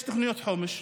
יש תוכניות חומש,